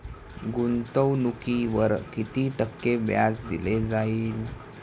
गुंतवणुकीवर किती टक्के व्याज दिले जाईल?